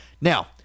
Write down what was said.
Now